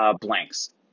blanks